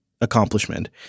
accomplishment